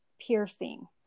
piercing